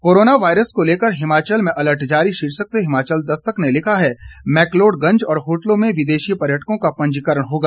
corona virus को लेकर हिमाचल में अलर्ट जारी शीर्षक से हिमाचल दस्तक ने लिखा है मैक्लोडगंज और होटलों में विदेशी पर्यटकों का पंजीकरण होगा